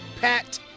Pat